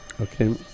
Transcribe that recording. Okay